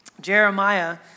Jeremiah